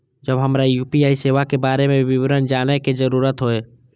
जब हमरा यू.पी.आई सेवा के बारे में विवरण जानय के जरुरत होय?